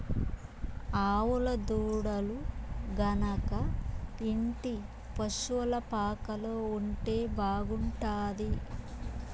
ఆవుల దూడలు గనక ఇంటి పశుల పాకలో ఉంటే బాగుంటాది